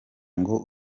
ngo